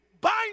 bind